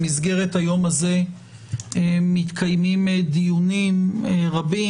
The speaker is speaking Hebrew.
במסגרת היום הזה מתקיימים דיונים רבים